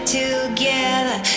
together